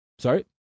Sorry